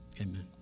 Amen